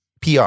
PR